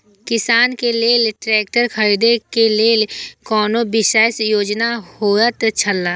किसान के लेल ट्रैक्टर खरीदे के लेल कुनु विशेष योजना होयत छला?